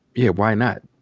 yeah, why not?